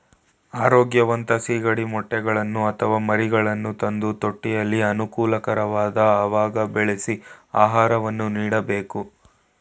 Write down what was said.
ಆರೋಗ್ಯವಂತ ಸಿಗಡಿ ಮೊಟ್ಟೆಗಳನ್ನು ಅಥವಾ ಮರಿಗಳನ್ನು ತಂದು ತೊಟ್ಟಿಯಲ್ಲಿ ಅನುಕೂಲಕರವಾದ ಅವಾಗ ಬೆಳೆಸಿ ಆಹಾರವನ್ನು ನೀಡಬೇಕು